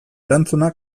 erantzuna